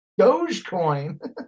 Dogecoin